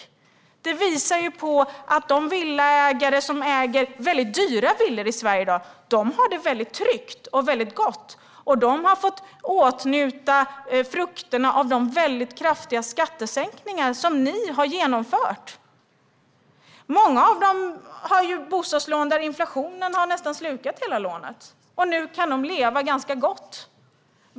Statistiken visar att de som äger mycket dyra villor i Sverige i dag har det mycket tryggt och gott. De har fått njuta frukterna av de mycket kraftiga skattesänkningar som ni har genomfört. För många av dem har inflationen slukat nästan hela bostadslånet, och nu kan de leva ganska gott.